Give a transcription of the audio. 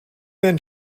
than